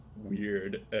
Weird